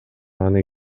аны